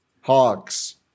Hogs